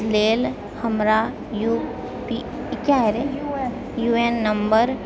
लेल हमर ई क्या है रे यू ए एन नंबर